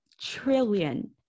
trillion